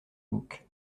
bouc